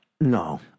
No